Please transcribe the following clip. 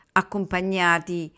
accompagnati